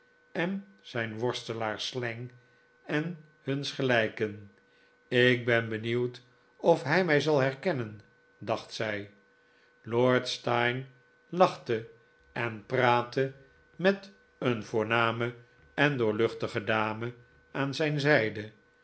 en zijn worstelaars slang en huns gelijken ik ben benieuwd of hij mij zal herkennen dacht zij lord steyne lachte en praatte met een voorname en doorluchtige dame aan zijn zijde